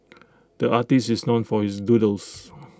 the artist is known for his doodles